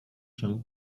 się